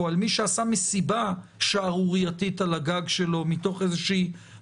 או על מישהו שעשה מסיבה שערורייתית על הגג שלו מתוך מחשבה